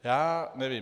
Já nevím.